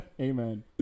Amen